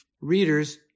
Readers